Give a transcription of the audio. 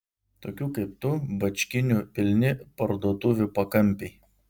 tokių kaip tu bačkinių pilni parduotuvių pakampiai